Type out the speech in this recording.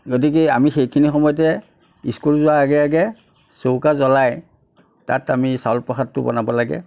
গতিকেই আমি সেইখিনি সময়তে স্কুল যোৱাৰ আগে আগে চৌকা জ্বলাই তাত আমি চাউল প্ৰসাদটো বনাব লাগে